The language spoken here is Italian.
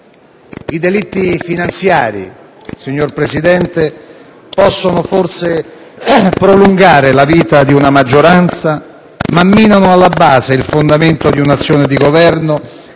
I "delitti finanziari" possono forse prolungare la vita di una maggioranza, ma minano alla base il fondamento di un'azione di Governo